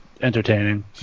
entertaining